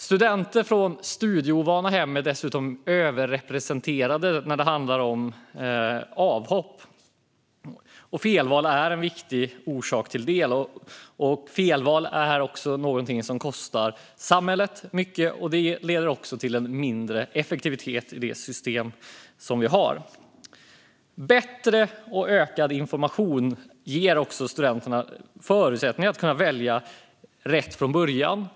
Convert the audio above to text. Studenter från studieovana hem är överrepresenterade när det gäller avhopp. Felval är en viktig orsak till avhopp, och felval kostar också samhället mycket och leder till ett mindre effektivt system. Bättre och ökad information ger studenterna förutsättningar att välja rätt från början.